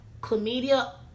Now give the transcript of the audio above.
chlamydia